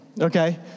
okay